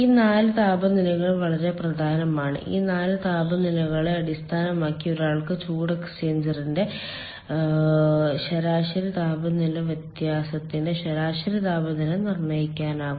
ഈ 4 താപനിലകൾ വളരെ പ്രധാനമാണ് ഈ 4 താപനിലകളെ അടിസ്ഥാനമാക്കി ഒരാൾക്ക് ചൂട് എക്സ്ചേഞ്ചറിന്റെ ശരാശരി താപനില വ്യത്യാസത്തിന്റെ ശരാശരി താപനില നിർണ്ണയിക്കാനാകും